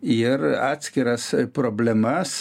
ir atskiras problemas